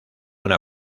una